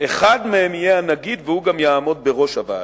אחד מהם יהיה הנגיד, והוא גם יעמוד בראש הוועדה.